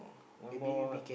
one more